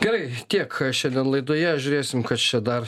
gerai tiek šiandien laidoje žiūrėsim kas čia dar